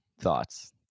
thoughts